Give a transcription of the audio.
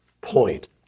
point